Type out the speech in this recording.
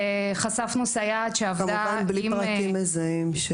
כמובן בלי פרטים מזהים.